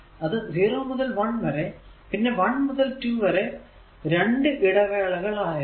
അത് 0 മുതൽ 1 വരെ പിന്നെ 1 മുതൽ 2 വരെ രണ്ടു ഇടവേളകൾ ആയാണ്